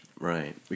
Right